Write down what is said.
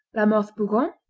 lamothe-bougon,